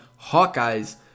Hawkeyes